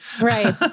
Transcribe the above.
Right